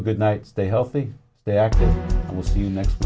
a good night stay healthy they act we'll see you next